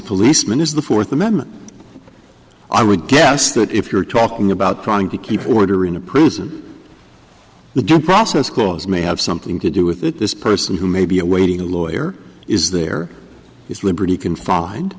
policeman is the fourth amendment i would guess that if you're talking about trying to keep order in a prison the process cause may have something to do with it this person who may be awaiting a lawyer is there is liberty confined